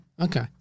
okay